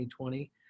2020